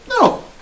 no